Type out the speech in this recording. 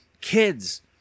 kids